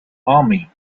army